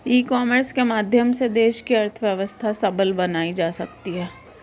ई commerce के माध्यम से देश की अर्थव्यवस्था सबल बनाई जा सकती है